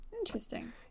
Interesting